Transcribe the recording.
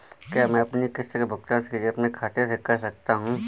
क्या मैं अपनी किश्त का भुगतान सीधे अपने खाते से कर सकता हूँ?